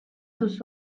tus